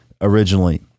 originally